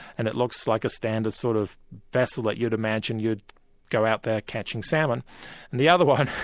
and it looks like a standard sort of vessel that you'd imagine you'd go out there catching salmon and the other one